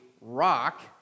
rock